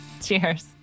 Cheers